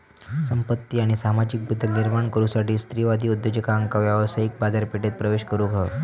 संपत्ती आणि सामाजिक बदल निर्माण करुसाठी स्त्रीवादी उद्योजकांका व्यावसायिक बाजारपेठेत प्रवेश करुक हवा